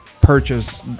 purchase